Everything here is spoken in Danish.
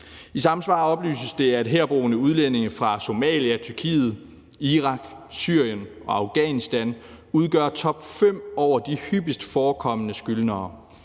I samme svar oplyses det, at herboende udlændinge fra Somalia, Tyrkiet, Irak, Syrien og Afghanistan udgør topfem over de hyppigst forekommende skyldnere.